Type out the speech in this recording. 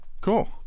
cool